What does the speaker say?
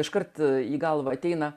iškart į galvą ateina